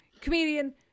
comedian